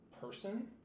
person